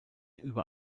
über